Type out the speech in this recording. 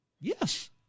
Yes